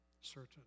Certain